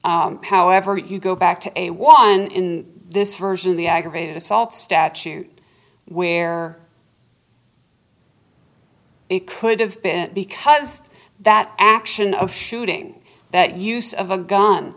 no however you go back to a one in this version the aggravated assault statute where it could have been because that action of shooting that use of a gun